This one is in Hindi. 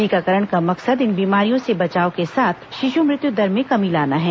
टीकाकरण का मकसद इन बीमारियों से बचाव के साथ शिशु मृत्यु दर में कमी लाना है